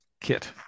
kit